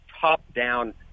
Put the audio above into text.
top-down